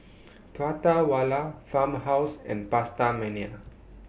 Prata Wala Farmhouse and PastaMania